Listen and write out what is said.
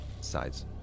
sides